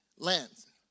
lens